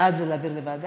בעד, זה להעביר לוועדה?